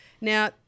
Now